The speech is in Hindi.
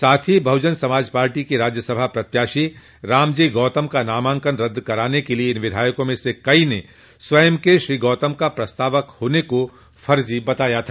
साथ ही बसपा के राज्यसभा प्रत्याशी रामजी गौतम का नामांकन रद्द कराने के लिये इन विधायकों में से कई ने स्वयं के श्री गौतम प्रस्तावक होने को फर्जी बताया था